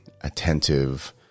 attentive